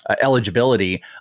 eligibility